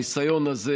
הניסיון הזה,